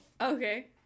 Okay